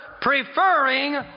preferring